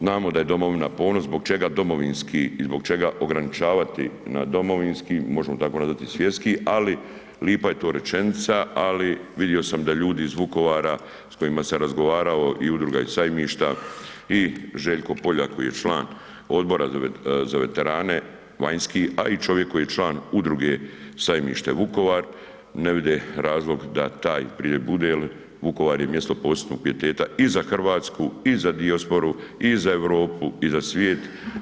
Znamo da je domovina ponos, zbog čega domovinski i zbog čega ograničavati na domovinski, možemo tako nazvati i svjetski ali lipa je to rečenica ali vidio sam da ljudi iz Vukovara s kojima sam razgovarao i Udruga i sajmišta i Željko Poljak koji je član Odbora za veterane vanjski a i čovjek koji je član Udruge sajmište Vukovar ne vide razlog da taj pridjev bude jer Vukovar je mjesto od posebnog pijeteta i za Hrvatsku i za dijasporu i za Europu i za svijet.